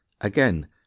Again